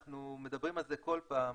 אנחנו מדברים על זה כל פעם.